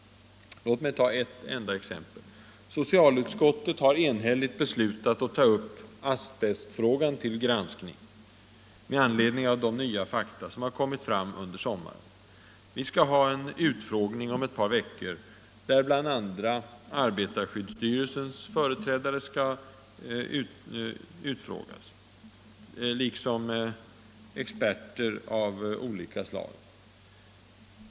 Låt mig ta ett enda exempel. Socialutskottet har enhälligt beslutat att ta upp asbestfrågan till granskning, med anledning av de nya fakta som har kommit fram under sommaren. Vi skall ha en utfrågning om ett par veckor med bl.a. företrädare för arbetarskyddsstyrelsen och experter av olika slag.